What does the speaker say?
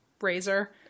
razor